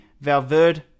Valverde